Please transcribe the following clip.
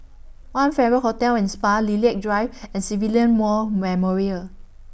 one Farrer Hotel and Spa Lilac Drive and Civilian More Memorial